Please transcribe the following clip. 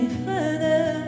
further